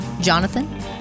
Jonathan